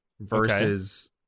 versus